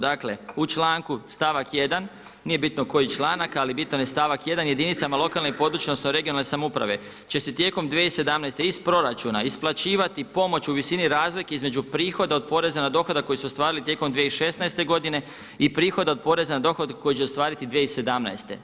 Dakle, u članku stavak 1. nije bitno koji članak, ali bitan je stavak 1. jedinicama lokalne i područne odnosno regionalne samouprave će se tijekom 2017. iz proračuna isplaćivati pomoć u visini razlike između prihoda od poreza na dohodak koji su ostvarili tijekom 2016. godine i prihoda od poreza na dohodak koji će ostvariti 2017.